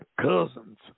cousins